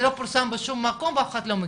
זה לא פורסם בשום מקום ואף אחד לא מכיר,